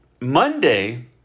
Monday